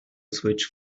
switch